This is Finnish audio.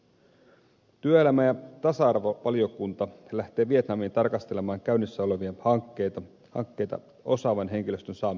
työelämä ja tasa arvovaliokunta lähtee vietnamiin tarkastelemaan käynnissä olevia hankkeita osaavan henkilöstön saamiseksi suomeen